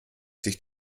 sich